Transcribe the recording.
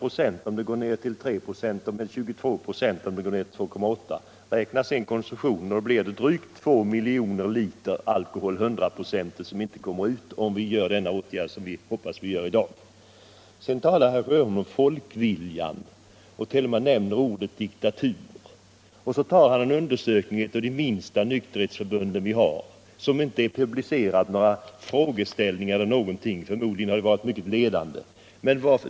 om alkoholhalten går ner till 3 "a och med 22 "5 om den går ner till 2,8 ".. Om man då räknar ut vad det betyder i konsumtion, finner man att det gör drygt 2 miljoner liter 100-procentig alkohol som inte kommer ut. Vidare sade herr Sjöholm någonting om folkviljan och nämnde t.o.m. ordet diktatur. Så tog han som exempel en undersökning som gjorts av ett av de minsta nykterhetsförbunden här i landet. Där hade det inte publicerats några frågeställningar eller om hur undersökningarna utförts, men förmodligen har frågorna varit mycket ledande.